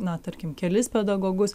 na tarkim kelis pedagogus